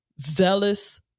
zealous